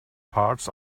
parts